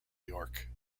york